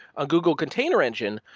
ah google container engine,